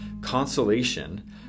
consolation